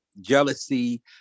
jealousy